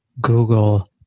Google